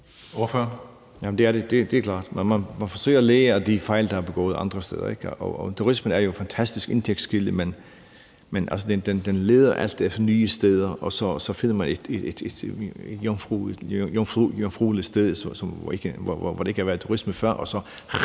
er det, det er klart. Man forsøger at lære af de fejl, der er begået andre steder. Turismen er jo en fantastisk indtægtskilde, men man leder altid efter nye steder, og så finder man et jomfrueligt sted, hvor der ikke har været turisme før, og så